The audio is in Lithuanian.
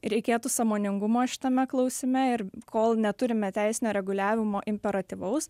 reikėtų sąmoningumo šitame klausime ir kol neturime teisinio reguliavimo imperatyvaus